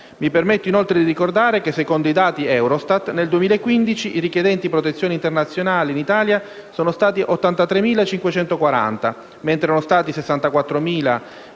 Mi permetto inoltre di ricordare che, secondo i dati Eurostat, nel 2015 i richiedenti protezione internazionale in Italia sono stati 83.540, mentre erano stati 64.625